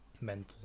mental